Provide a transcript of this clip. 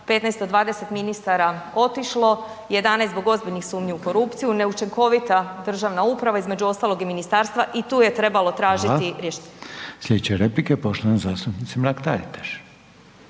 15 do 20 ministara otišlo, 11 zbog ozbiljnih sumnji u korupciju, neučinkovita državna uprava između ostalog i ministarstva i tu je trebalo tražiti i riješiti. **Reiner, Željko (HDZ)** Hvala.